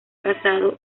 casado